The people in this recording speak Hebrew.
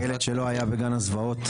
אני רוצה לשתף אתכם בחוויה